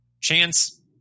Chance